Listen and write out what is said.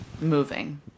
moving